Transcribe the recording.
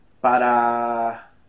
para